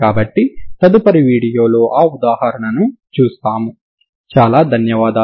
కాబట్టి ఇవి తరువాత వీడియోలలో చూడబడతాయి ధన్యవాదాలు